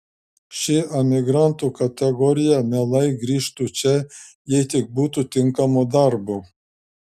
ši emigrantų kategorija mielai grįžtu čia jei tik būtų tinkamo darbo